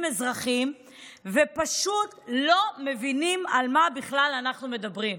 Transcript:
אזרחים ופשוט לא מבינים על מה בכלל אנחנו מדברים.